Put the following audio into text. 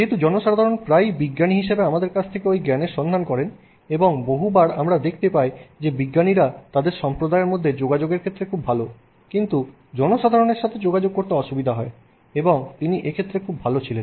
যেহেতু জনসাধারণ প্রায়শই বিজ্ঞানী হিসাবে আমাদের কাছ থেকে ওই জ্ঞানের সন্ধান করেন এবং বহুবার আমরা দেখতে পাই যে বিজ্ঞানীরা তাদের সম্প্রদায়ের মধ্যে যোগাযোগের ক্ষেত্রে খুব ভাল কিন্তু জনসাধারণের সাথে যোগাযোগ করতে অসুবিধা হয় এবং তিনি এক্ষেত্রে খুব ভাল ছিলেন